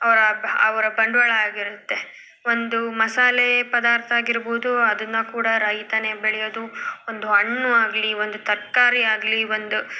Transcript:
ಅವರ ಅವರ ಬಂಡವಾಳ ಆಗಿರುತ್ತೆ ಒಂದು ಮಸಾಲೆ ಪದಾರ್ಥ ಆಗಿರ್ಬೌದು ಅದನ್ನು ಕೂಡ ರೈತನೇ ಬೆಳೆಯೋದು ಒಂದು ಹಣ್ಣು ಆಗಲಿ ಒಂದು ತರಕಾರಿಯಾಗ್ಲಿ ಒಂದು